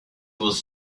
was